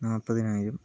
നാപ്പതിനായിരം